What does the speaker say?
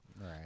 Right